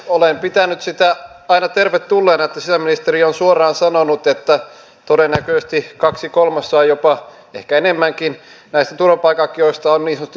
olen pitänyt sitä aina tervetulleena että sisäministeri on suoraan sanonut että todennäköisesti kaksi kolmasosaa jopa ehkä enemmänkin näistä turvapaikanhakijoista on niin sanotusti perusteettomia